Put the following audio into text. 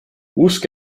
usk